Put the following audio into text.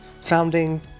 Founding